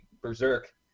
berserk